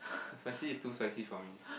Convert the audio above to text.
the spicy is too spicy for me